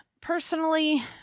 personally